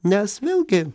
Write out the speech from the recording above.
nes vėlgi